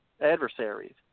adversaries